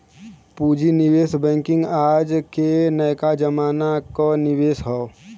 पूँजी निवेश बैंकिंग आज के नयका जमाना क निवेश हौ